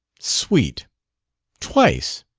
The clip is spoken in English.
sweet' twice.